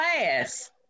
class